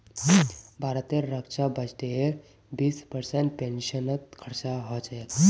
भारतेर रक्षा बजटेर बीस परसेंट पेंशनत खरचा ह छेक